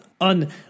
on